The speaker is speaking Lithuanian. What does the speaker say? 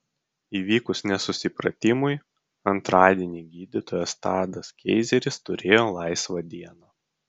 įvykus nesusipratimui antradienį gydytojas tadas keizeris turėjo laisvą dieną